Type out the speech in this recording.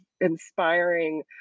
inspiring